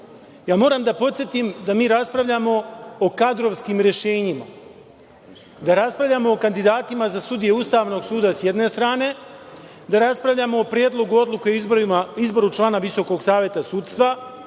Ja moram da podsetim da mi raspravljamo o kadrovskim rešenjima, da raspravljamo o kandidatima za sudije Ustavnog suda, s jedne strane, da raspravljamo o Predlogu odluke o izboru člana Visokog saveta sudstva,